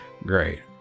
Great